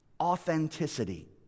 authenticity